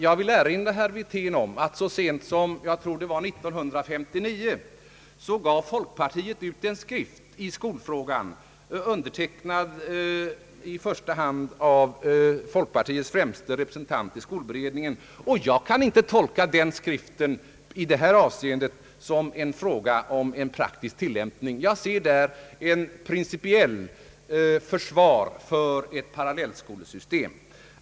Jag vill erinra herr Wirtén om att folkpartiet så sent som år 1959 gav ut en skrift i skolfrågan, undertecknad av folkpartiets främste representant i skolberedningen. Jag kan inte tolka den skriften som en fråga om praktisk tilllämpning i detta avseende, utan jag ser där ett principiellt försvar för ett parallellskolesystem.